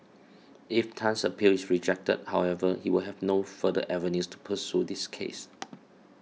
if Tan's appeal is rejected however he will have no further avenues to pursue his case